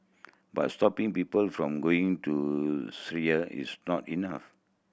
but stopping people from going to Syria is not enough